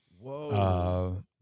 Whoa